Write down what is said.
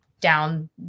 down